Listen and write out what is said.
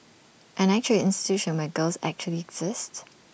an actual institution where girls actually exist